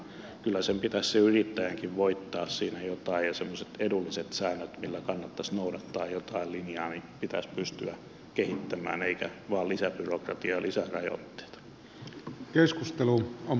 kyllä pitäisi sen yrittäjänkin voittaa siinä jotain ja semmoiset edulliset säännöt millä kannattaisi noudattaa jotain linjaa pitäisi pystyä kehittämään eikä vain lisää byrokratiaa ja lisää rajoitteita